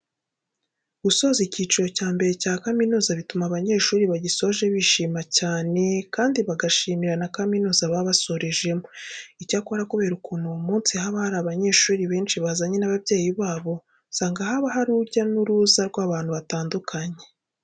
Gusoza icyiciro cya mbere cya kaminuza bituma abanyeshuri bagisoje bishima cyane kandi bagashimira na kaminuza baba basorejemo. Icyakora kubera ukuntu uwo munsi haba hari abanyeshuri benshi bazanye n'ababyeyi babo, usanga haba hari urujya n'uruza rw'abantu batandukanye.